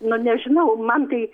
nu nežinau man tai